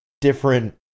different